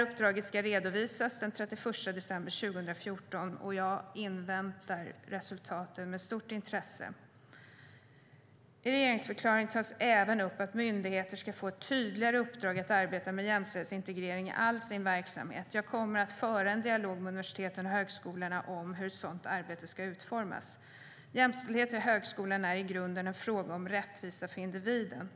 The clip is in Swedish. Uppdraget ska redovisas den 31 december 2014, och jag inväntar resultatet med stort intresse. STYLEREF Kantrubrik \* MERGEFORMAT Svar på interpellationerJämställdhet i högskolan är i grunden en fråga om rättvisa för individen.